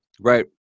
Right